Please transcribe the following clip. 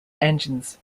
engines